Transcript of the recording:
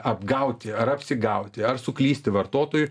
apgauti ar apsigauti ar suklysti vartotojui